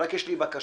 רק יש לי בקשה: